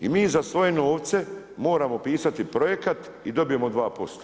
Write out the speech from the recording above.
I mi za svoje novce moramo pisati projekat i dobijemo 2%